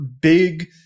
big